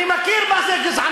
אני מכיר מה זה גזענות.